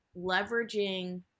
leveraging